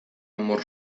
amor